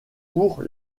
pour